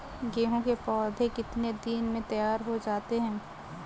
गेहूँ के पौधे कितने दिन में तैयार हो जाते हैं?